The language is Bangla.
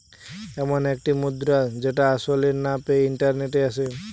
এমন একটি মুদ্রা যেটা আসলে না পেয়ে ইন্টারনেটে আসে